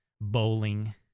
bowling